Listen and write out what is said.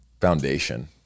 foundation